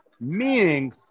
meaning